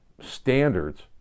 standards